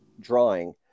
drawing